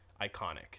iconic